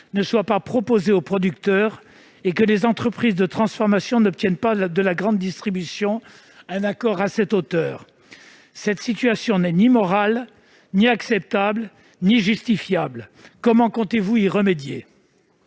ne soit pas proposée aux producteurs et que les entreprises de transformation n'obtiennent pas de la grande distribution un accord à cette hauteur ? Cette situation n'est ni morale, ni acceptable, ni justifiable. Comment comptez-vous y remédier ?